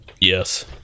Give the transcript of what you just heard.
Yes